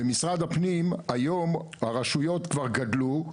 במשרד הפנים היום הרשויות כבר גדלו,